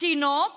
תינוק